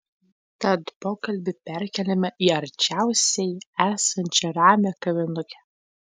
tad pokalbį perkeliame į arčiausiai esančią ramią kavinukę